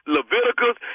Leviticus